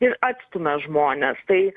ir atstumia žmones tai